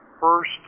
first